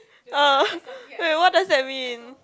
oh wait what does that mean